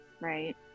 right